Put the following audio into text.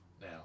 now